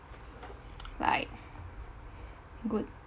like good